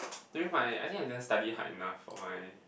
during my I think I didn't study hard enough for my